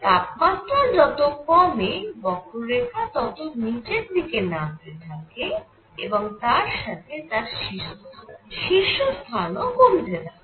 তাপমাত্রা যত কমে বক্ররেখা তত নিচের দিকে নামতে থাকে এবং তার সাথে তার শীর্ষস্থান ও কমতে থাকে